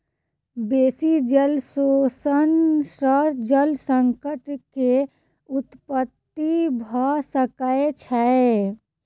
बेसी जल शोषण सॅ जल संकट के उत्पत्ति भ सकै छै